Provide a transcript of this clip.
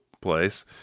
place